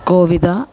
कोविदा